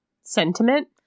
sentiment